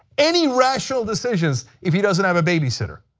any rational decisions, if he doesn't have a babysitter.